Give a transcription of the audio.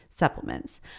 Supplements